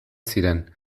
ziren